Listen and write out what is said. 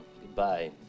goodbye